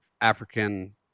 African